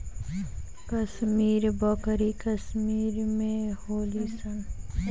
कश्मीरी बकरी कश्मीर में होली सन